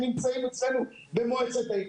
אתה מדבר על נתונים של הירידה בפשיעה?